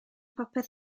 popeth